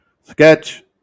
Sketch